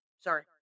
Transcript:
Sorry